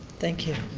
thank you.